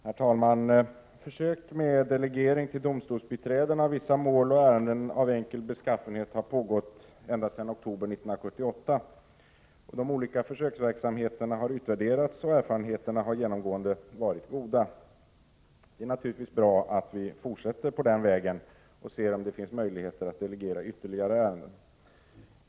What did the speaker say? Herr talman! Försök med delegering till domstolsbiträden av vissa mål och ärenden av enkel beskaffenhet har pågått sedan oktober 1978. De olika försöksverksamheterna har utvärderats och erfarenheterna har genomgående varit goda. Det är naturligtvis bra att vi fortsätter på den vägen och ser om det finns möjligheter att delegera ytterligare ärenden.